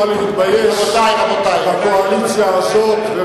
ישראל ביתנו יכולה להתבייש בקואליציה הזאת, רבותי.